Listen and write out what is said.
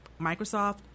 Microsoft